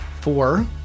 Four